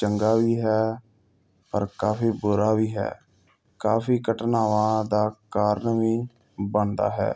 ਚੰਗਾ ਵੀ ਹੈ ਪਰ ਕਾਫੀ ਬੁਰਾ ਵੀ ਹੈ ਕਾਫੀ ਘਟਨਾਵਾਂ ਦਾ ਕਾਰਨ ਵੀ ਬਣਦਾ ਹੈ